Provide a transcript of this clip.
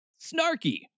Snarky